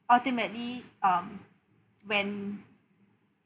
ultimately um when